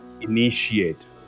initiate